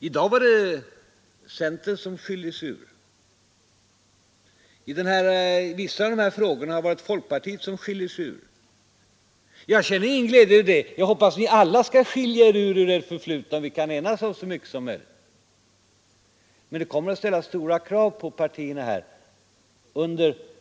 I vissa av dessa frågor har folkpartiet skilt sig ur. Jag känner ingen 24 maj 1973 glädje över er splittring, jag hoppas att ni alla skall skilja er ur ert 3 förflutna så att vi kan enas om så mycket som möjligt. Men det kommer Allmänna pensionsatt ställa stora krav på partierna!